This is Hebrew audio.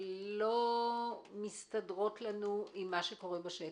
אבל לא מסתדרות לנו עם מה שקורה בשטח.